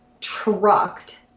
trucked